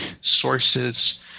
sources